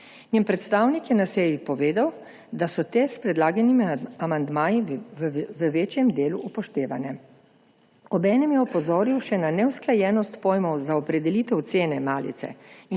Njen predstavnik je na seji povedal, da so te s predlaganimi amandmaji v večjem delu upoštevane. Obenem je opozoril še na neusklajenost pojmov za opredelitev cene malice